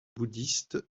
bouddhistes